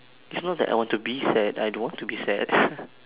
it's not that I want to be sad I don't want to be sad